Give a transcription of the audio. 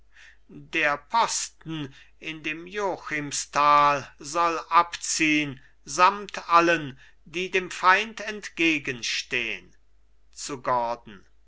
der posten in dem jochimsthal soll abziehn samt allen die dem feind entgegenstehn zu gordon